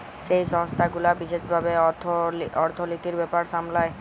যেই সংস্থা গুলা বিশেস ভাবে অর্থলিতির ব্যাপার সামলায়